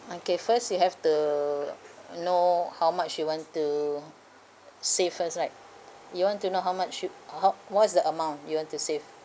okay first you have to know how much you want to save first right you want to know how much you how what's the amount you want to save